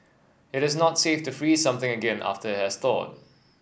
it is not safe to freeze something again after it has thawed